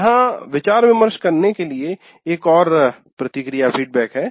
यहाँ विचार विमर्श करने के लिए एक और प्रतिक्रिया फीडबैक है